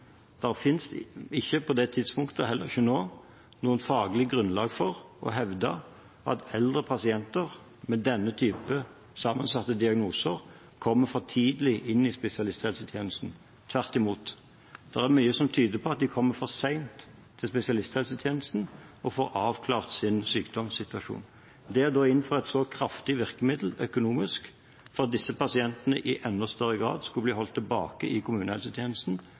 ikke på det tidspunktet, og heller ikke nå, noe faglig grunnlag for å hevde at eldre pasienter med denne typen sammensatte diagnoser kommer for tidlig inn i spesialisthelsetjenesten – tvert imot. Det er mye som tyder på at de kommer for sent til spesialisthelsetjenesten og får avklart sin sykdomssituasjon. Det å da innføre et så kraftig virkemiddel økonomisk for at disse pasientene i enda større grad skulle bli holdt tilbake i kommunehelsetjenesten,